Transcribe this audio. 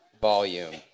volume